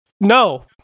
No